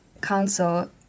council